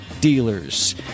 dealers